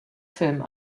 film